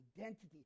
identity